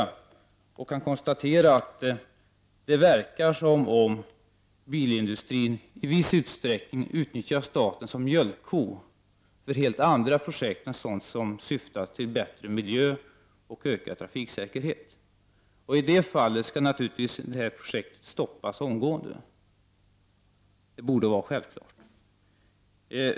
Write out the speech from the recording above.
Och jag kan konstatera att det verkar som att bilindustrin i viss utsträckning utnyttjar staten som mjölkko för helt andra projekt än sådana som syftar till bättre miljö och ökad trafiksäkerhet. Om så skulle vara fallet, skall naturligtvis detta projeket stoppas omgående. Det borde vara självklart.